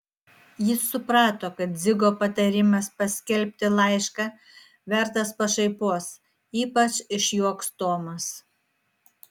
jis suprato kad dzigo patarimas paskelbti laišką vertas pašaipos ypač išjuoks tomas